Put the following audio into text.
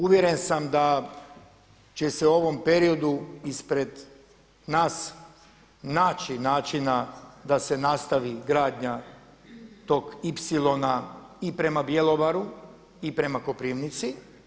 Uvjeren san da će se u ovom periodu ispred nas naći načina da se nastavi gradnja tog ipsilona i prema Bjelovaru i prema Koprivnici.